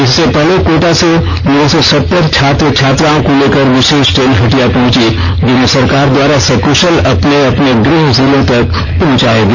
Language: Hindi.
इससे पहले कोटा से नौ सौ सत्तर छात्र छात्राओं को लेकर विषेष ट्रेन हटिया पहुंची जिन्हें सरकार द्वारा सकुषल अपने अपने गृह जिलों तक पहुंचाया गया